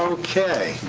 okay.